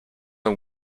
are